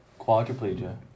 quadriplegia